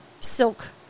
silk